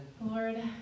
Lord